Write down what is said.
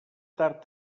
tard